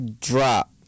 drop